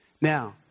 Now